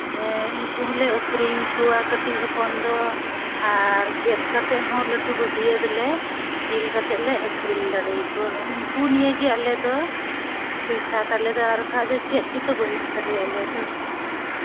ᱦᱮᱸ ᱩᱱᱠᱩ ᱦᱚᱸᱞᱮ ᱟᱹᱠᱷᱨᱤᱧ ᱠᱚᱣᱟ ᱠᱟᱹᱴᱤᱡ ᱦᱚᱯᱚᱱ ᱫᱚ ᱟᱨ ᱜᱮᱫ ᱠᱟᱛᱮᱫ ᱦᱚᱸᱞᱮ ᱞᱟᱹᱴᱩ ᱵᱟᱹᱫᱷᱭᱟᱹ ᱫᱚᱞᱮ ᱡᱤᱞ ᱠᱟᱛᱮᱫ ᱞᱮ ᱟᱹᱠᱷᱨᱤᱧ ᱫᱟᱲᱮᱭ ᱠᱚᱣᱟ ᱩᱱᱠᱩ ᱱᱤᱭᱮᱜᱮ ᱟᱞᱮ ᱫᱚ ᱯᱚᱭᱥᱟ ᱛᱟᱞᱮ ᱫᱚ ᱟᱨ ᱵᱟᱠᱷᱟ ᱪᱮᱫ ᱜᱮᱛᱚ ᱵᱟᱹᱱᱩᱜ ᱛᱟᱞᱮᱭᱟ ᱟᱞᱮ ᱫᱚ